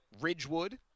Ridgewood